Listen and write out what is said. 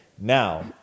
Now